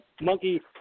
Monkey